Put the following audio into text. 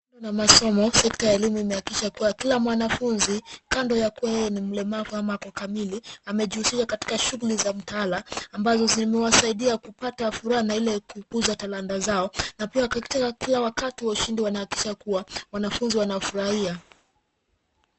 masomo sekta ya elimu imehakikisha kuwa kila mwanafunzi kando ya kuwa yeye ni mlemavu ama ako kamili amejihusisha katika shughuli za mtaala ambazo zimewasaidia kupata furaha na ile kukuza talanta zao na pia kila wakati wa ushindi unahakikisha kuwa wanafunzi wanafurahia.